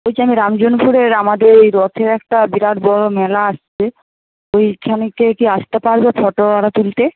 বলছি আমি রামজীবনপুরের আমাদের ওই রথের একটা বিরাট বড় মেলা আসছে ওইখানকে কি আসতে পারবে ফটো আরে তুলতে